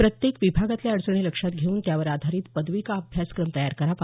प्रत्येक विभागातल्या अडचणी लक्षात घेऊन त्यावर आधारित पदविका अभ्यासक्रम तयार करावा